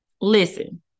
Listen